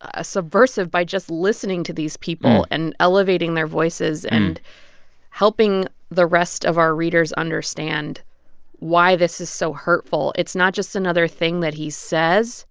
ah subversive by just listening to these people and elevating their voices and helping the rest of our readers understand why this is so hurtful. it's not just another thing that he says.